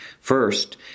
First